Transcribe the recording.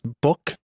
book